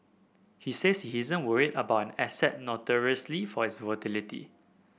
he says he isn't worried about an asset notoriously for its volatility